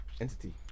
entity